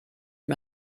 mir